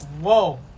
Whoa